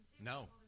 No